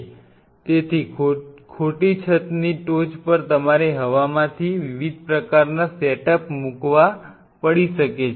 તેથી ખોટી છતની ટોચ પર તમારે હવામાંથી વિવિધ પ્રકારના સેટઅપ મૂકવા પડી શકે છે